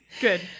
Good